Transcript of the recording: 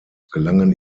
gelangen